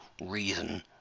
reason